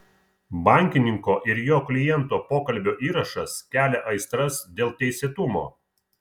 bankininko ir jo kliento pokalbio įrašas kelia aistras dėl teisėtumo